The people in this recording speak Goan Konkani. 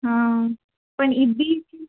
आं पण ही बीच